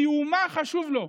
כי האומה חשובה לו,